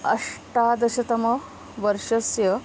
अष्टादशतमवर्षस्य